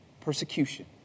persecution